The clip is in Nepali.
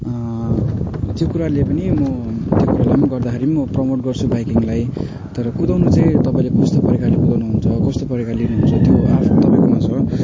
त्यो कुराले पनि म त्यो कुरालाई गर्दाखेरि म प्रमोट गर्छु बाइकिङलाई तर कुदाउनु चाहिँ तपाईँले कस्तो प्रकारले कुदाउनु हुन्छ कस्तो प्रकारले लिनु हुन्छ त्यो आफै तपाईँकोमा छ